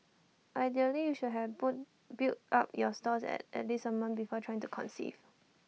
ideally you should have built up your stores at least A month before trying to conceive